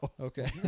Okay